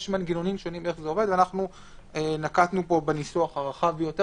אנחנו נקטנו פה בניסוח הרחב יותר,